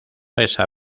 esa